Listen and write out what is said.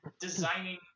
designing